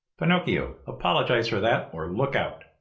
pinocchio, apologize for that, or look out!